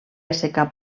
assecar